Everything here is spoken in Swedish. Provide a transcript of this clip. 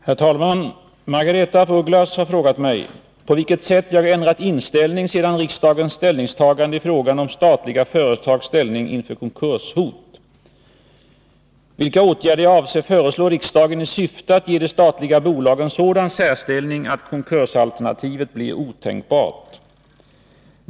Herr talman! Margaretha af Ugglas har frågat mig 1. på vilket sätt jag ändrat inställning sedan riksdagens ställningstagande i frågan om statliga företags ställning inför konkurshot och 2. vilka åtgärder jag avser föreslå riksdagen i syfte att ge de statliga bolagen sådan särställning att konkursalternativet blir otänkbart.